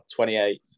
28